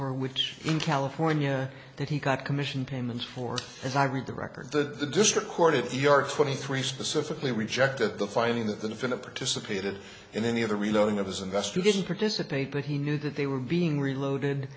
for which in california that he got commission payments for as i read the record that the district court of the yard twenty three specifically rejected the finding that the defendant participated in any of the reloading of his investor didn't participate but he knew that they were being reloaded